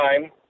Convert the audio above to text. time